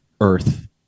earth